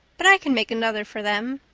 but i can make another for them.